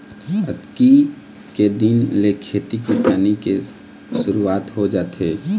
अक्ती के दिन ले खेती किसानी के सुरूवात हो जाथे